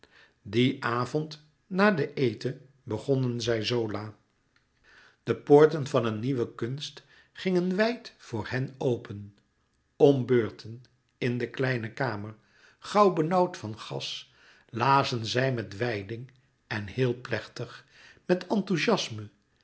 dien avond na den eten begonnen zij zola de poorten van een nieuwe kunst gingen wijd voor hen open om beurten in de kleine kamer gauw benauwd van gas lazen zij met wijding en heel plechtig met enthouziasme